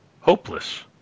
hopeless